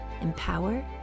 Empower